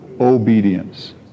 Obedience